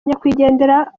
nyakwigendera